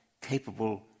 capable